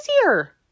easier